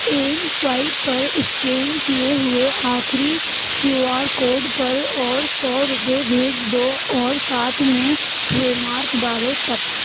M swipe پر scan کیے ہوئے آخری کیو آر کوڈ پر اور سو روپیے بھیج دو اور ساتھ میں ریمارک ڈالو ٹپ